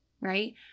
right